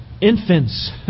Infants